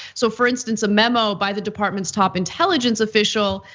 so for instance, a memo by the department's top intelligence official,